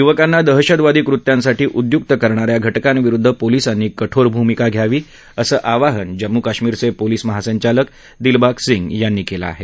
युवकांना दहशतवादी कृत्यांसाठी उद्युक्त करणा या घटकांविरुद्ध पोलिसांनी कठोर भूमिका घ्यावी असं आवाहन जम्मू कश्मीरचे पोलीस महासंचालक दिलबाग सिंग यांनी केलं आहे